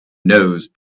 nose